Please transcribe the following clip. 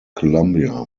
columbia